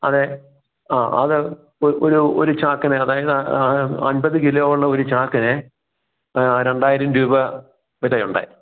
അതെ ആ അതെ അതെ ഒരു ഒരു ചാക്കിന് അതായത് അമ്പത് കിലോ ഉള്ള ഒരു ചാക്കിന് രണ്ടായിരം രൂപ വരെയുണ്ട്